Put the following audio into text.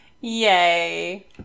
Yay